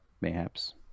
Mayhaps